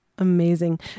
amazing